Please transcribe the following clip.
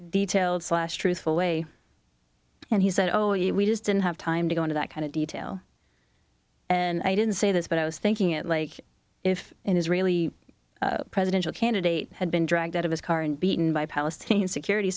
detailed slash truthful way and he said oh yeah we just didn't have time to go into that kind of detail and i didn't say this but i was thinking it like if it is really presidential candidate had been dragged out of his car and beaten by palestinian security